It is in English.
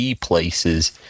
places